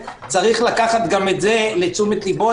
צריך לקחת גם את זה לתשומת ליבו,